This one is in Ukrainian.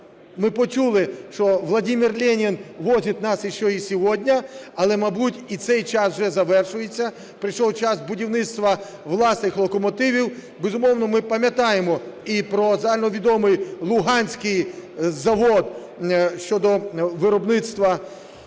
ми почули, що Владимир Ленин возит нас еще и сегодня, але, мабуть, і цей час уже завершується, прийшов час будівництва власних локомотивів. Безумовно, ми пам'ятаємо і про загальновідомий Луганський завод щодо виробництва